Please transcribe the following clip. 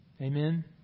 Amen